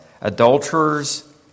adulterers